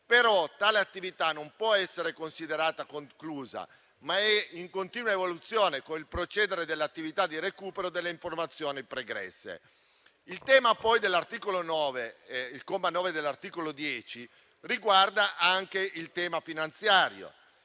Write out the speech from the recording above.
Tale attività non può però essere considerata conclusa, ma è in continua evoluzione con il procedere dell'attività di recupero delle informazioni pregresse. Il tema del comma 9 dell'articolo 10 riguarda anche l'aspetto finanziario.